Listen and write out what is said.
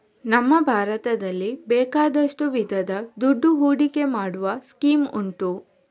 ನಮ್ಮ ಭಾರತದಲ್ಲಿ ಬೇಕಾದಷ್ಟು ವಿಧದ ದುಡ್ಡು ಹೂಡಿಕೆ ಮಾಡುವ ಸ್ಕೀಮ್ ಉಂಟು